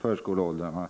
förskoleåldrarna.